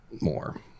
more